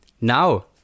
Now